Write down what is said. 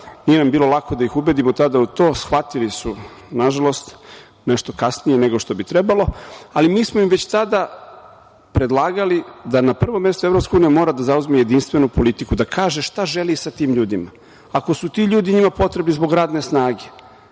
Nije nam bilo lako da ih ubedimo tada u to. Shvatili su, nažalost, nešto kasnije nego što bi trebalo, ali mi smo im već tada predlagali da na prvom mestu EU mora da zauzme jedinstvenu politiku, da kaže šta želi sa tim ljudima. Ako su ti ljudi njima potrebni zbog radne snage,